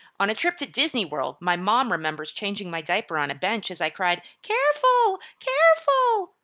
on a trip to disney world, my mom remembers changing my diaper on a bench as i cried, careful, careful!